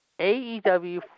AEW